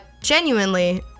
genuinely